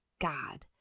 God